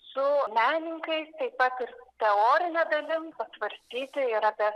su menininkais taip pat ir teorine dalim svarstyti ir apie